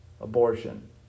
abortion